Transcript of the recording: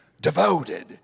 devoted